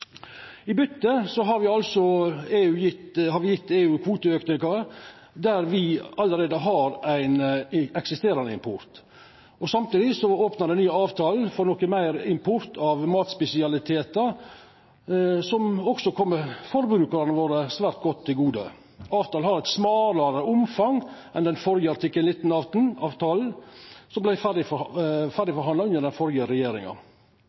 I byte har me gjeve EU kvoteauke på område der me alt importerer. Samtidig opnar den nye avtalen for noko meir import av matspesialitetar, som også kjem forbrukarane til gode. Avtalen har eit smalare omfang enn den førre artikkel 19-avtalen, som vart ferdigforhandla under den førre regjeringa.